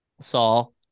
Saul